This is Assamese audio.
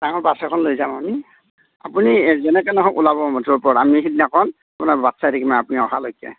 ডাঙৰ বাছ এখন লৈ যাম আমি আপুনি যেনেকৈ নহওক ওলাব মুঠৰ ওপৰত আমি সেইদিনাখন আপোনাক বাট চাই থাকিম আপুনি অহালৈকৈ